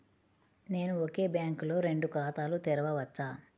నేను ఒకే బ్యాంకులో రెండు ఖాతాలు తెరవవచ్చా?